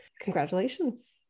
congratulations